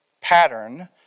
pattern